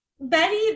Betty